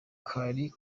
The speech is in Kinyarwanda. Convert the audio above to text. hari